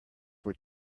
were